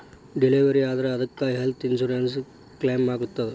Delivery ಆದ್ರ ಅದಕ್ಕ health insurance ಕ್ಲೇಮಾಗ್ತದ?